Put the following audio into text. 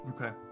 Okay